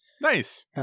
Nice